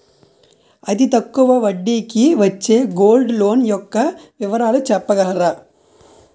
అతి తక్కువ వడ్డీ కి వచ్చే గోల్డ్ లోన్ యెక్క వివరాలు చెప్పగలరా?